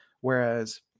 Whereas